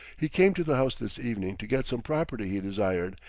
he came to the house this evening to get some property he desired,